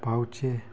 ꯄꯥꯎ ꯆꯦ